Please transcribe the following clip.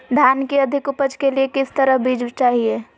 धान की अधिक उपज के लिए किस तरह बीज चाहिए?